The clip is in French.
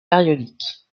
périodiques